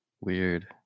Weird